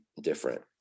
different